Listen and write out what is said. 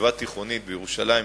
בישיבה תיכונית בירושלים,